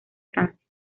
francia